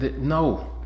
No